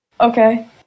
Okay